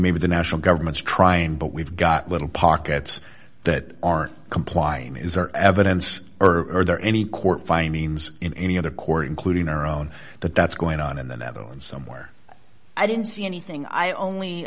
maybe the national government is trying but we've got little pockets that aren't complying is there evidence or are there any court findings in any other court including our own that that's going on in the netherlands somewhere i didn't see anything i only